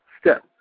step